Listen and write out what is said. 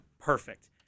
Perfect